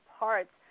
parts